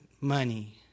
money